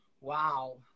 Wow